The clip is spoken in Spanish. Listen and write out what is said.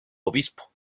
obispo